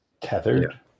Tethered